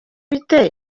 bite